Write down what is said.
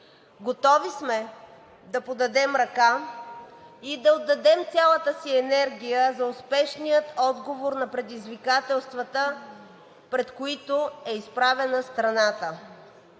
Готови сме да подадем ръка и да отдадем цялата си енергия за успешния отговор на предизвикателствата, пред които е изправена страната.